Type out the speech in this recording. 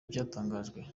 byatangajwe